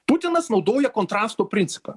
putinas naudoja kontrasto principą